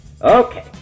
Okay